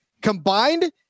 Combined